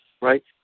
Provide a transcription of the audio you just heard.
right